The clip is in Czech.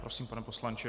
Prosím, pane poslanče.